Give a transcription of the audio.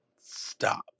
Stop